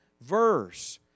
verse